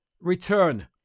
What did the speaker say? return